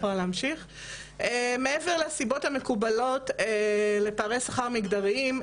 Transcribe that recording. מעבר לסיבות המקובלות לפערי שכר מגדריים,